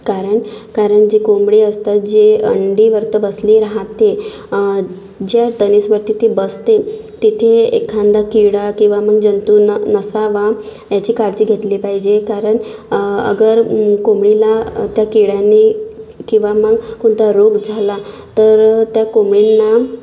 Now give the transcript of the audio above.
कारण कारण जे कोंबडी असतं जे अंडीवरती बसली राहते ज्या टनेजवरती ती बसते तिथे एखादा किडा किंवा मग जंतू न नसावा याची काळजी घेतली पाहिजे कारण अगर कोंबडीला त्या किड्यांनी किंवा मग कोणता रोग झाला तर त्या कोंबडींना